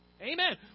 Amen